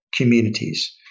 communities